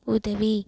உதவி